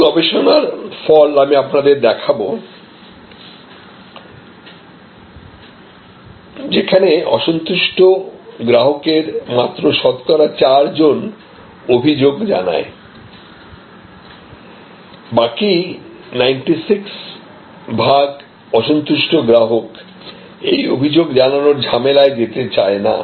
কিছু গবেষণার ফল আমি আপনাদের দেখাবো যেখানে অসন্তুষ্ট গ্রাহকের মাত্র শতকরা 4 জন অভিযোগ জানায় বাকি 96 ভাগ অসন্তুষ্ট গ্রাহক এই অভিযোগ জানাবার ঝামেলায় যেতে চায় না